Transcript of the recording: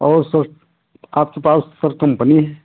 और सर आपके पास सर कम्पनी है